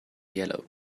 yellow